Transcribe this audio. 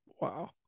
Wow